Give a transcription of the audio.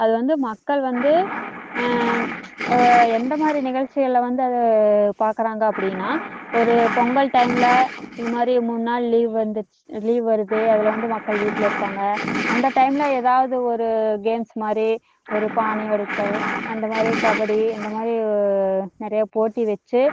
அது வந்து மக்கள் வந்து எந்த மாதிரி நிகழ்ச்சிகளில் வந்து அது பார்க்குறாங்க அப்படின்னால் ஒரு பொங்கல் டைமில் இது மாதிரி மூணு நாள் லீவ் வந்திருச்சு லீவ் வருது அதில் வந்து மக்கள் வீட்டில் இருப்பாங்க அந்த டைமில் ஏதாவது ஒரு கேம்ஸ் மாதிரி ஒரு பானை உடைத்தல் அந்த மாதிரி கபடி இந்த மாதிரி நிறைய போட்டி வச்சு